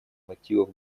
мотивов